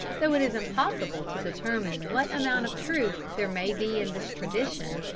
though it is impossible to determine what amount of truth there may be in this tradition,